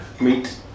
meet